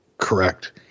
correct